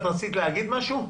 רצית להגיד משהו?